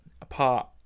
apart